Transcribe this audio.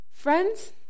Friends